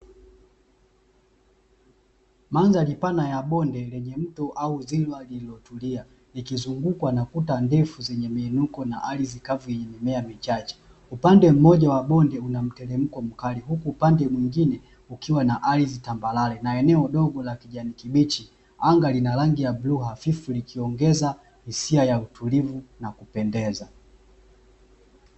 Mandhari pana ya bonde lenye mto au ziwa liliotulia likuzungukwa na kuta ndefu zenye muinuko na ardhi kavu yenye mimea michache, upande mmoja wa bonde una mteremko mkali huku upande mwingine ukiwa na ardhi tambarare. Na eneo dogo la kijani kibichi, anga lina rangi bluu hafifu likiongeza hisia ya utulivu na kupendeza.